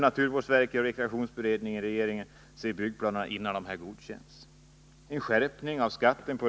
Naturvårdsverket och rekreationsberedningen i regeringen bör se byggplanerna innan de godkänns.